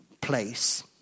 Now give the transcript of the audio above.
place